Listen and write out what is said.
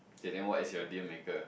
okay then what is your deal maker